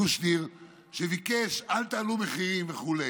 קושניר, שביקש: אל תעלו מחירים וכו'.